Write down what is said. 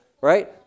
right